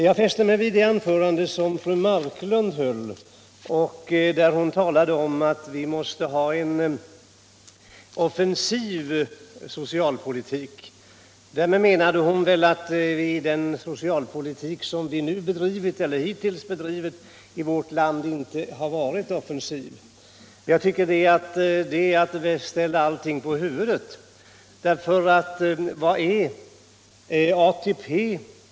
Jag fäste mig vid att fru Marklund talade om att vi måste ha en offensiv soctalpoliuik. Därmed menade hon vil att den socialpolitik som vi hittills bedrivit i vårt land inte har varit offensiv. Jag tycker det är att ställa ullting på huvudet. Vad är ATP?